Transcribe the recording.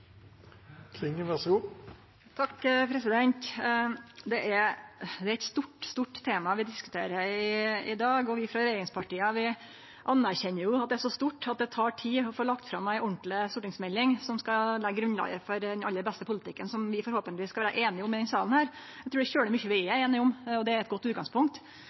eit stort tema vi diskuterer i dag, og vi frå regjeringspartia anerkjenner at det er så stort at det tek tid å få lagt fram ei ordentleg stortingsmelding som skal leggje grunnlaget for den aller beste politikken, som vi forhåpentlegvis skal vere einige om i denne salen. Eg trur det er svært mykje vi er einige om, og det er eit godt utgangspunkt.